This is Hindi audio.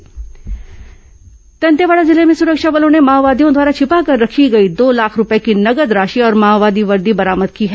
माओवादी समाचार दंतेवाड़ा जिले में सुरक्षा बलों ने माओवादियों द्वारा छिपाकर रखी गई दो लाख रूपये की नगद राशि और माओवादी वर्दी बरामद की हैं